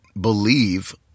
believe